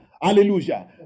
Hallelujah